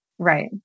Right